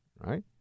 right